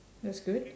that's good